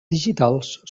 digitals